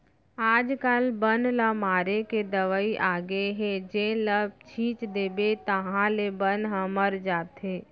आजकाल बन ल मारे के दवई आगे हे जेन ल छिंच देबे ताहाँले बन ह मर जाथे